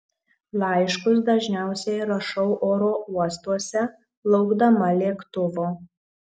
laiškus dažniausiai rašau oro uostuose laukdama lėktuvo